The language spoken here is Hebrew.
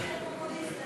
פופוליסט,